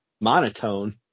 monotone